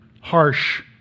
harsh